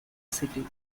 city